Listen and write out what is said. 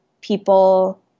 people